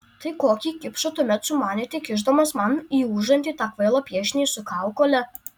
tai kokį kipšą tuomet sumanėte kišdamas man į užantį tą kvailą piešinį su kaukole